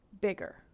bigger